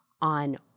on